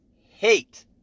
hate